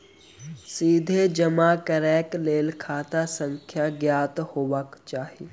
सीधे जमा करैक लेल खाता संख्या ज्ञात हेबाक चाही